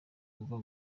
uva